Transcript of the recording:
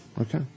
Okay